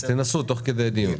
אז תנסו תוך כדי דיון.